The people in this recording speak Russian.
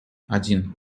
один